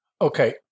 Okay